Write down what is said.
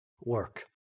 work